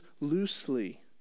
loosely